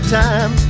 time